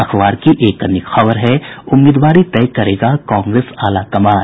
अखबार की एक अन्य खबर है उम्मीदवारी तय करेगा कांग्रेस आलाकमान